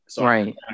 Right